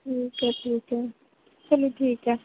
ठीक ऐ ठीक ऐ चलो ठीक ऐ